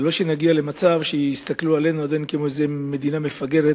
ולא שנגיע למצב שיסתכלו עלינו כעל מדינה מפגרת